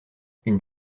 une